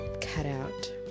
cutout